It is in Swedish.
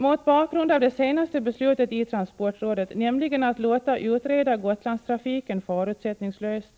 Mot bakgrund av det senaste beslutet i transportrådet, nämligen att låta utreda Gotlandstrafiken förutsättningslöst,